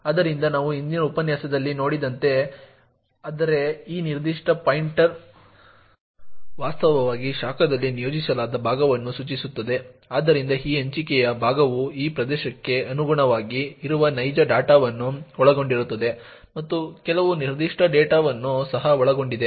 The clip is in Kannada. ಆದ್ದರಿಂದ ನಾವು ಹಿಂದಿನ ಉಪನ್ಯಾಸದಲ್ಲಿ ನೋಡಿದಂತೆ ಆದರೆ ಈ ನಿರ್ದಿಷ್ಟ ಪಾಯಿಂಟರ್ ವಾಸ್ತವವಾಗಿ ಶಾಖದಲ್ಲಿ ನಿಯೋಜಿಸಲಾದ ಭಾಗವನ್ನು ಸೂಚಿಸುತ್ತದೆ ಆದ್ದರಿಂದ ಈ ಹಂಚಿಕೆಯ ಭಾಗವು ಆ ಪ್ರದೇಶಕ್ಕೆ ಅನುಗುಣವಾಗಿ ಇರುವ ನೈಜ ಡೇಟಾವನ್ನು ಒಳಗೊಂಡಿರುತ್ತದೆ ಮತ್ತು ಕೆಲವು ನಿರ್ದಿಷ್ಟ ಮೆಟಾಡೇಟಾವನ್ನು ಸಹ ಒಳಗೊಂಡಿದೆ